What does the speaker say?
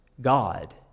God